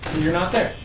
you're not there.